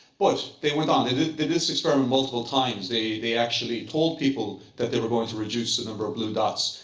but they went on. they did this experiment multiple times. they they actually told people that they were going to reduce the number of blue dots.